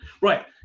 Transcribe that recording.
right